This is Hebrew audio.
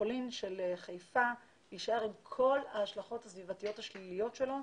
המטרופולין של חיפה יישאר עם כל ההשלכות הסביבתיות השליליות שלו,